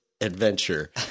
adventure